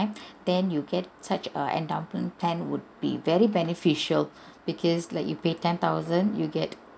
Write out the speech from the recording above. then you get such a endowment plan would be very beneficial because like you pay ten thousand you get